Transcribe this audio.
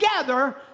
together